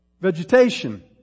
vegetation